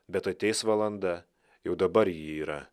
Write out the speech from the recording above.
bet ateis valanda jau dabar ji yra